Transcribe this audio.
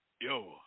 yo